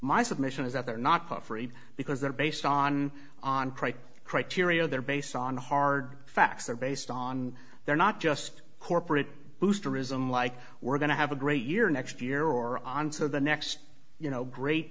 my submission is that they're not puffery because they're based on on criteria they're based on hard facts or based on their not just corporate boosterism like we're going to have a great year next year or on to the next you know great